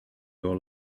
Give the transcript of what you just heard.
your